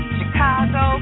Chicago